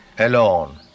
alone